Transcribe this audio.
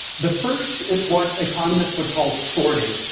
the first is what economists would call sorting.